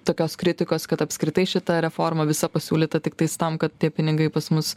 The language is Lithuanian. tokios kritikos kad apskritai šita reforma visa pasiūlyta tiktais tam kad tie pinigai pas mus